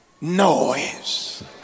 noise